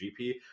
GP